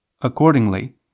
Accordingly